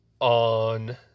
on